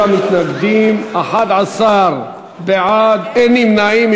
36 מתנגדים, 11 בעד, אין נמנעים.